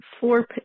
four